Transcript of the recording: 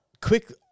Quick